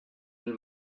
nel